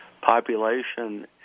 population